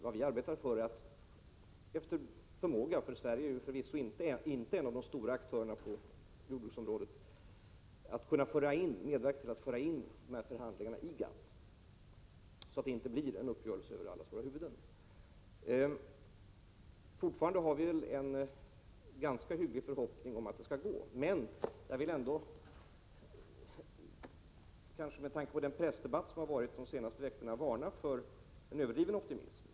Vad vi arbetar för är att efter förmåga — Sverige är ju förvisso inte en av de stora aktörerna inom jordbruksområdet — medverka till att föra in förhandlingarna i GATT, så att en uppgörelse inte träffas över våra huvuden. Vi har fortfarande en ganska hygglig förhoppning om att detta skall kunna genomföras. Jag vill ändå — med tanke på de senaste veckornas pressdebatt — varna för en överdriven optimism.